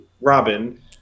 Robin